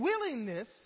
willingness